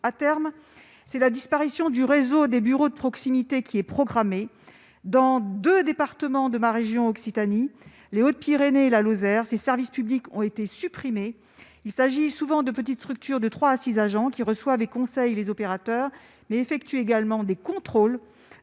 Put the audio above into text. À terme, la disparition du réseau des bureaux de proximité est programmée. Dans deux départements de la région Occitanie dont je suis élue- les Hautes-Pyrénées et la Lozère -, ces services publics ont été supprimés. Il s'agit souvent de petites structures, comptant entre trois et six agents, qui reçoivent et conseillent les opérateurs, mais effectuent également des contrôles